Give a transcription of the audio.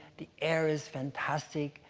the air is fantastic.